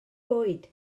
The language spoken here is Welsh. fwyd